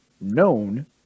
known